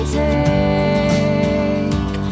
take